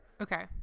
Okay